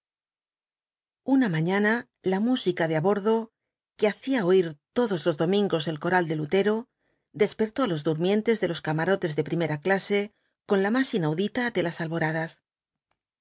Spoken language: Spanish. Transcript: una mañana la música de á bordo que hacía oir todos los domingos el coral de lutero despertó á los durmientes de los camarotes de primera clase con la más inaudita de las alboradas